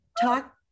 talk